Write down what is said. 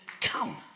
Come